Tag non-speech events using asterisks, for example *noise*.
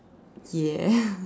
ya *laughs*